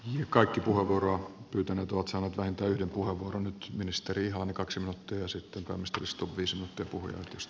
ja kaikki puheenvuoroa pyytäneet ovat saaneet vain töyli puhua puhunut ministeri on kaksi vuotta ja tärkeä kysymys